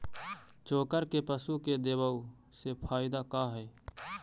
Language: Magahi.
चोकर के पशु के देबौ से फायदा का है?